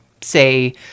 say